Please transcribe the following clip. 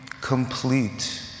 complete